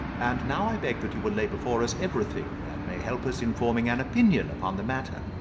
and now i beg that you will lay before us everything that may help us in forming an opinion upon the matter.